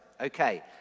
Okay